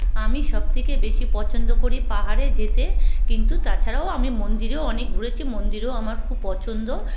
আমি সবথেকে বেশি পছন্দ করি পাহাড়ে যেতে কিন্তু তাছাড়াও আমি মন্দিরেও অনেক ঘুরেছি মন্দিরও আমার খুব পছন্দ